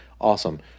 Awesome